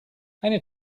eine